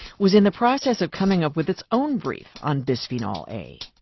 was in the process of coming up with its own brief on bisphenol a.